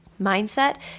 Mindset